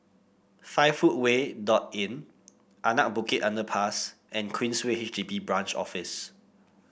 Five Footway Inn Anak Bukit Underpass and Queensway H D B Branch Office